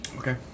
Okay